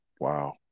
wow